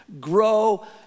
Grow